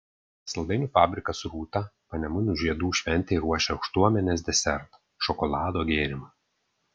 saldainių fabrikas rūta panemunių žiedų šventei ruošia aukštuomenės desertą šokolado gėrimą